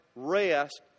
rest